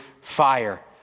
fire